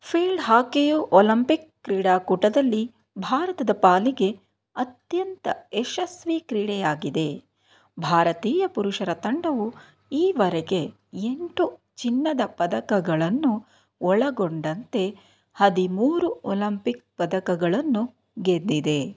field ಹಾಕಿಯೂ Olympic ಕ್ರೀಡಾಕೂಟದಲ್ಲಿ ಭಾರತದ ಪಾಲಿಗೆ ಅತ್ಯಂತ ಯಶಸ್ವಿ ಕ್ರೀಡೆಯಾಗಿದೆ ಭಾರತೀಯ ಪುರುಷರ ತಂಡವು ಈವರೆಗೆ ಎಂಟು ಚಿನ್ನದ ಪದಕಗಳನ್ನು ಒಳಗೊಂಡಂತೆ ಹದಿಮೂರು ಒಲಂಪಿಕ್ ಪದಕಗಳನ್ನು ಗೆದ್ದಿದೆ